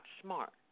smart